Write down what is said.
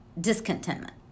discontentment